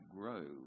grow